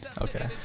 Okay